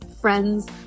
Friends